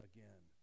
Again